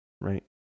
right